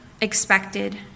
expected